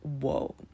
whoa